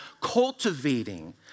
cultivating